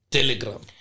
Telegram